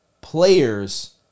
players